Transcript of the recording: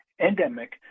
Endemic